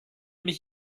mich